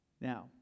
Now